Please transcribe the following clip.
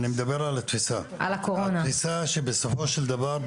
אני מדבר על התפיסה שבסופו של דבר,